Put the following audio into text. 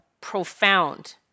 profound